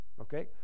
Okay